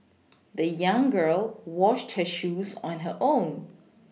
the young girl washed shoes on her own